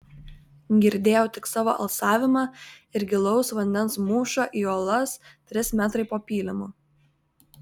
girdėjau tik savo alsavimą ir gilaus vandens mūšą į uolas trys metrai po pylimu